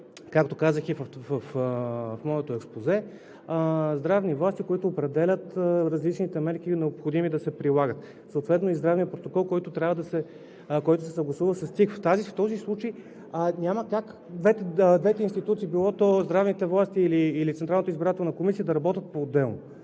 както казах и в моето експозе, здравни власти, които определят различните мерки, необходими да се прилагат, съответно и здравният протокол, който се съгласува с Централната избирателна комисия. В този случай няма как двете институции, било то здравните власти или Централната избирателна комисия, да работят поотделно.